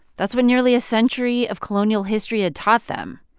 that's what nearly a century of colonial history had taught them.